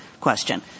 question